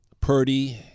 Purdy